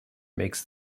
makes